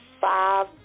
Five